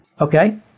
Okay